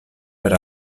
per